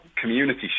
community